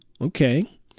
Okay